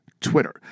Twitter